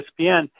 ESPN –